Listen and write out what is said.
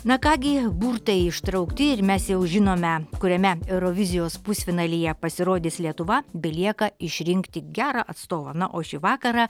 na ką gi burtai ištraukti ir mes jau žinome kuriame eurovizijos pusfinalyje pasirodys lietuva belieka išrinkti gerą atstovą na o šį vakarą